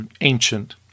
ancient